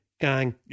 gang